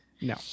No